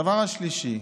הדבר השלישי,